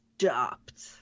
stopped